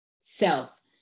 Self